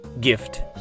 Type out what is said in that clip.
gift